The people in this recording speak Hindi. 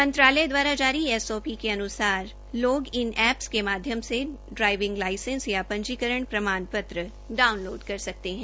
मंत्रालय द्वारा जारी एसओपी के अनुसार लोग इने ऐप्स के माध्यम से ड्राईविंग लाईसेंस या पंजीकरण प्रमाण पत्र डाउनलोड कर सकते हैं